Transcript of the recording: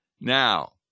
Now